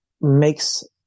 makes